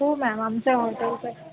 हो मॅम आमच्या हॉटेलच